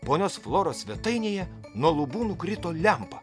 ponios floros svetainėje nuo lubų nukrito lempa